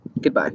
Goodbye